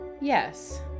Yes